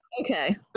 Okay